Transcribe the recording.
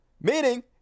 Meaning